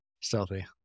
Stealthy